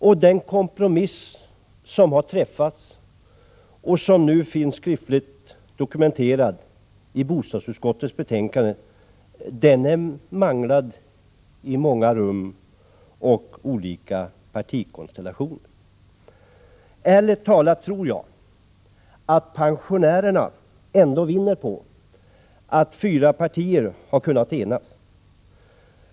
Den kompromiss som har träffats och som nu finns skriftligt dokumenterad i bostadsutskottets betänkande har manglats i många rum och olika partikonstellationer. Ärligt talat tror jag att pensionärerna ändå vinner på att fyra partier har kunnat enas.